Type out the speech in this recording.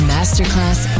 Masterclass